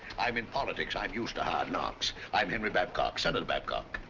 i'm in politics, i'm used to hard knocks. i'm henry babcock, senator babcock.